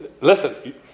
Listen